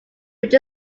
which